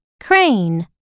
crane